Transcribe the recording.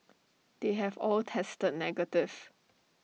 they have all tested negative